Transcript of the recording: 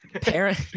Parent